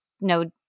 no